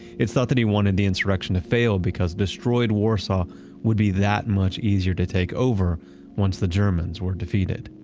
it felt that he wanted the insurrection to fail because destroyed warsaw would be that much easier to take over once the germans were defeated.